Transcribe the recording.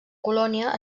colònia